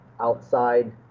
outside